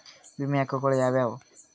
ವಿಮೆಯ ಹಕ್ಕುಗಳು ಯಾವ್ಯಾವು?